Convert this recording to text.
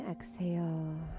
exhale